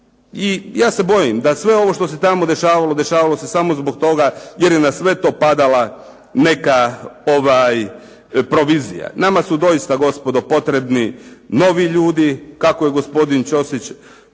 I ja se bojim da sve ovo što se tamo dešavalo dešavalo se samo zbog toga jer je na sve to padala neka provizija. Nama su doista gospodo potrebni novi ljudi, kako je gospodin Ćosić